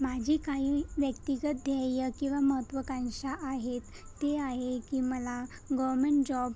माझी काही व्यक्तिगत ध्येयं किंवा महत्त्वाकांक्षा आहेत ती आहे की मला गोअमेण जॉब